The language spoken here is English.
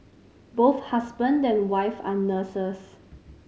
both husband and wife are nurses